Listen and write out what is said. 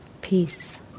peace